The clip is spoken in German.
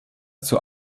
zur